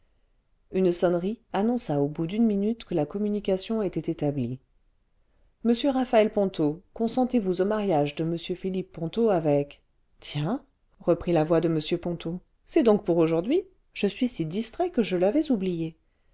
une sonnerie annonça au bout d'une minute que la communication était établie monsieur raphaël ponto consentez-vous au mariage de m philippe ponto avec tiens reprit la voix de m ponto c'est donc pour aujourd'hui je suis si distrait que je l'avais oublié